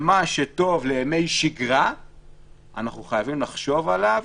מה שטוב לימי שגרה אנחנו חייבים לחשוב עליו